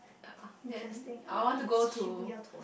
uh then I want to go to